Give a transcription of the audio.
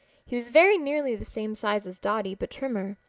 he was very nearly the same size as dotty but trimmer.